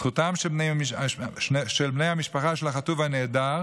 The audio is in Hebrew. זכותם של בני המשפחה של החטוף והנעדר